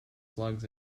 slugs